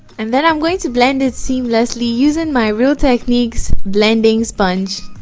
and then i'm going to blend it seamlessly using my real techniques blending sponge